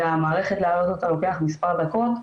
ולהעלות את המערכת לוקח מספר דקות.